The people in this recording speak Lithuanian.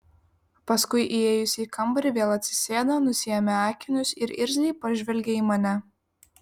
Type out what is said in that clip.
paskui įėjusi į kambarį vėl atsisėdo nusiėmė akinius ir irzliai pažvelgė į mane